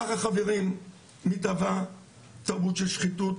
ככה חברים מתהווה תרבות של שחיתות,